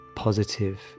positive